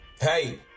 Hey